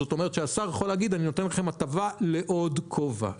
זאת אומרת שהשר יכול להגיד: אני נותן לכם הטבה לעוד כובע,